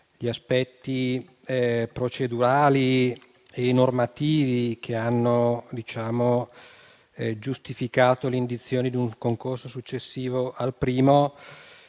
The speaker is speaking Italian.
gli aspetti procedurali e normativi che hanno giustificato l'indizione di un concorso successivo al primo.